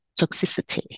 toxicity